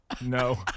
No